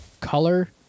color